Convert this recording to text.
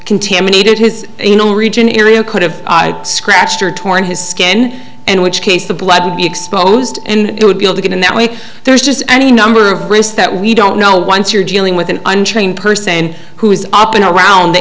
contaminated his you know region area could have scratched or torn his skin and which case the blood would be exposed and he would be able to get in that way there's just any number of ways that we don't know once you're dealing with an untrained person who is up and around th